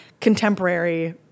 contemporary